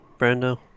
Brando